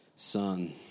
Son